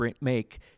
make